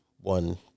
one